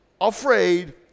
afraid